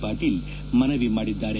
ಪಾಟೀಲ್ ಮನವಿ ಮಾಡಿದ್ದಾರೆ